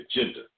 agenda